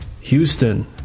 Houston